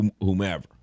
whomever